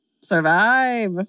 survive